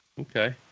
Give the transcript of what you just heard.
Okay